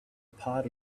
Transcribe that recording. part